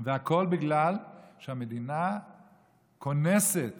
והכול בגלל שהמדינה קונסת